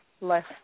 less